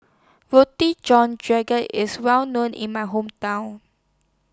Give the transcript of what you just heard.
Roti John IS Well known in My Hometown